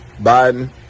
Biden